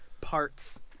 parts